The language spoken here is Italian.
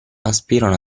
aspirano